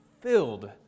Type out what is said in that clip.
filled